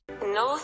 No